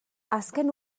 azken